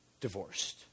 Divorced